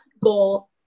goal